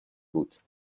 بود